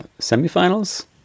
semifinals